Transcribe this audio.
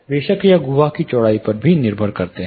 बेशक यह गुहा की चौड़ाई पर निर्भर करता है